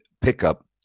pickup